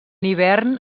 hivern